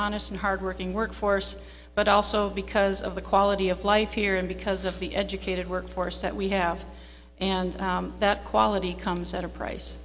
honest and hardworking workforce but also because of the quality of life here and because of the educated workforce that we have and that quality comes at a price